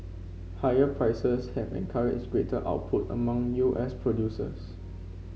higher prices have encouraged greater output among U S producers